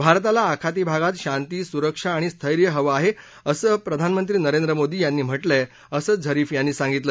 भारताला आखाती भागात शांती सुरक्षा आणि स्थैर्य हवं आहे असं प्रधानमंत्री नरेंद्र मोदी यांनी म्हा जिंय असं झरीफ यांनी सांगितलं